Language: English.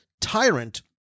tyrant